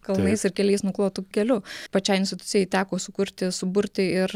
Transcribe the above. kalnais ir keliais nuklotu keliu pačiai institucijai teko sukurti suburti ir